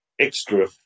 extra